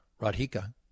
Radhika